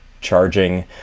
charging